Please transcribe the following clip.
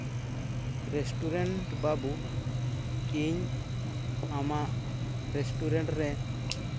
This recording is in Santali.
ᱨᱮᱥᱴᱩᱨᱮᱱᱴ ᱵᱟᱹᱵᱩ ᱤᱧ ᱟᱢᱟᱜ ᱨᱮᱥᱴᱩᱨᱮᱱᱴᱨᱮ